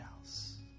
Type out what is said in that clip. else